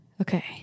Okay